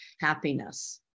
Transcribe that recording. happiness